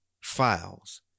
files